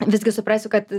visgi suprasiu kad